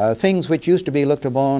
ah things which used to be looked upon